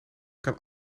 kan